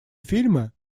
фильмы